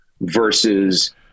versus